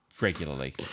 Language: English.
Regularly